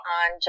on